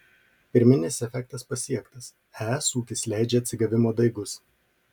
pirminis efektas pasiektas es ūkis leidžia atsigavimo daigus